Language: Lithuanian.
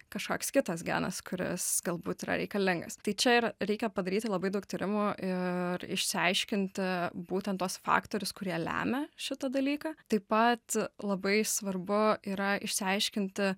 kažkoks kitas genas kuris galbūt yra reikalingas tai čia ir reikia padaryti labai daug tyrimų ir išsiaiškinti būtent tuos faktorius kurie lemia šitą dalyką taip pat labai svarbu yra išsiaiškinti